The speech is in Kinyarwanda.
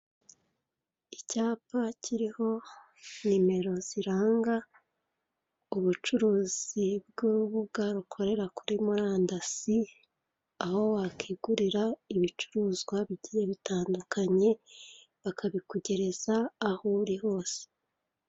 Icyapa kiriho nimero ziranga ubucuruzi bw'urubuga rukorera kuri murandasi, aho wakigurira ibicuruzwa bigiye bitandukanye bakabikugereza aho uri hose.